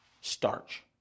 starch